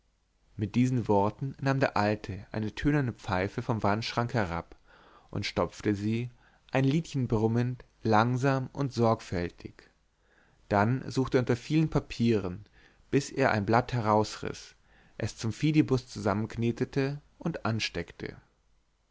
mit diesen worten nahm der alte eine tönerne pfeife vom wandschrank herab und stopfte sie ein liedchen brummend langsam und sorgfältig dann suchte er unter vielen papieren bis er ein blatt herausriß es zum fidibus zusammenknetete und ansteckte